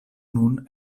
nun